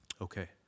Okay